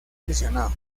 aficionado